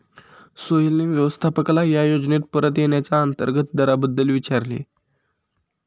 सोहेलने व्यवस्थापकाला या योजनेत परत येण्याच्या अंतर्गत दराबद्दल विचारले